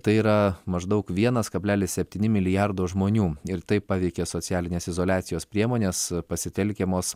tai yra maždaug vienas kablelis septyni milijardo žmonių ir tai paveikė socialinės izoliacijos priemonės pasitelkiamos